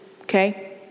okay